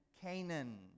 Canaan